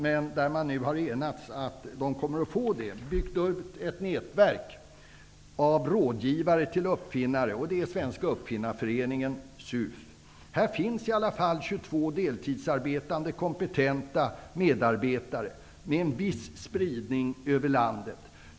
Det har varit diskussion om dessa medel, men man har nu enats om att stödja SUF:s verksamhet med dessa medel. I den här organisationen finns 22 deltidsarbetande kompetenta medarbetare, med en viss spridning över landet.